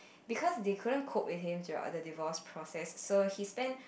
because they couldn't cope with him throughout the divorce process so he spent